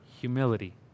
humility